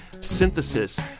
synthesis